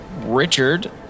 Richard